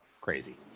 crazy